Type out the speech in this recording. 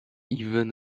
even